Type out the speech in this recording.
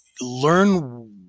learn